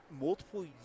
multiple